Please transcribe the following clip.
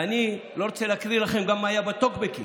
ואני לא רוצה להקריא לכם מה היה בטוקבקים.